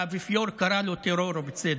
שהאפיפיור קרא לו טרור, ובצדק.